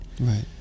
right